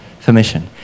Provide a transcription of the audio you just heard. permission